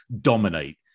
dominate